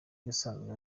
usanzwe